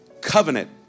covenant